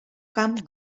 camp